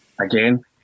again